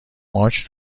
ماچ